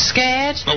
Scared